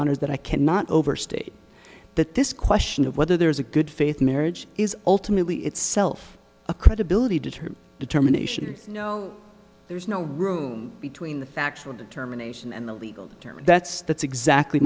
honor is that i cannot overstate that this question of whether there's a good faith marriage is ultimately itself a credibility did her determination you know there's no room between the factual determination and the legal term that's that's exactly